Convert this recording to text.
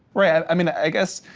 right, i mean, i guess,